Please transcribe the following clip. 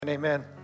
amen